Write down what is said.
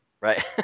Right